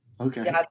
Okay